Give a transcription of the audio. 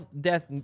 Death